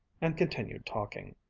and continued talking